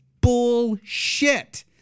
Bullshit